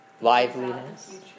Liveliness